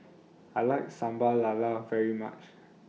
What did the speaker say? I like Sambal Lala very much